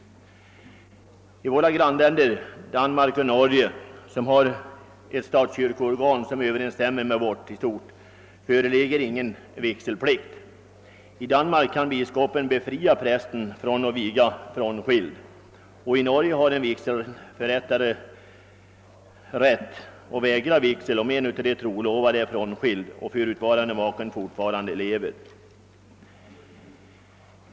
I våra grannländer Danmark och Norge, som har ett statskyrkosystem som i stort överensstämmer med vårt, föreligger ingen vigselplikt. I Danmark kan biskopen befria präst från att viga frånskild, och i Norge har en vigselförrättare rätt att vägra vigsel om en av de trolovade är frånskild och förutvarande maken fortfarande lever.